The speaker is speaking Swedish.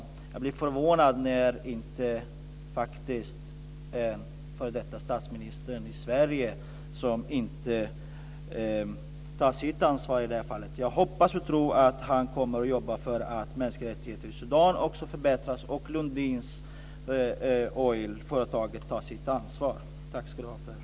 Jag blev förvånad när f.d. statsministern i Sverige inte tog sitt ansvar i det här fallet. Jag hoppas och tror att han kommer att arbeta för att situationen för mänskliga rättigheter i Sudan förbättras och att Lundin Oil tar sitt ansvar. Tack för svaret.